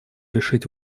решить